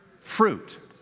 fruit